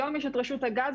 היום יש את רשות הגז,